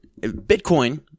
Bitcoin